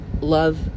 love